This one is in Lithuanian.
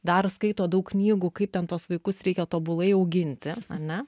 dar skaito daug knygų kaip ten tuos vaikus reikia tobulai auginti ane